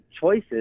choices